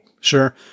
Sure